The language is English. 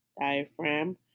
diaphragm